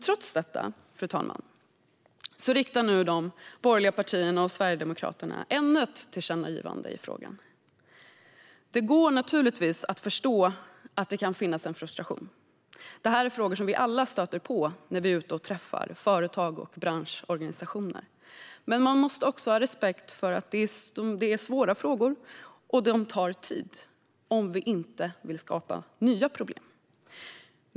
Trots detta, fru talman, riktar nu de borgerliga partierna och Sverigedemokraterna ännu ett tillkännagivande i frågan. Det går naturligtvis att förstå att det kan finnas en frustration. Detta är frågor som vi alla stöter på när vi är ute och träffar företag och branschorganisationer. Men man måste också ha respekt för att det är svåra frågor och att de tar tid om vi inte vill skapa nya problem.